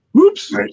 Oops